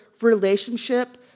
relationship